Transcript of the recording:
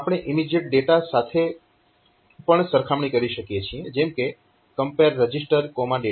આપણે immediate data સાથે પણ સરખામણી કરી શકીએ છીએ જેમ કે CMP regdata